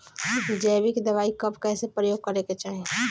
जैविक दवाई कब कैसे प्रयोग करे के चाही?